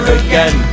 again